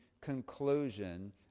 conclusion